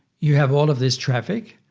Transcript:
you have all of this traffic,